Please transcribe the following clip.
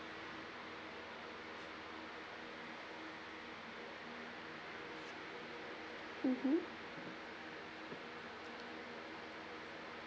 mmhmm